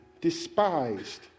despised